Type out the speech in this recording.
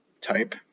type